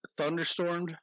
thunderstormed